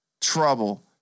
trouble